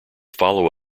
follow